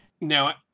Now